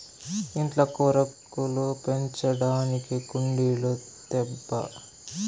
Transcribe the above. ఇంట్ల కూరాకులు పెంచడానికి కుండీలు తేబ్బా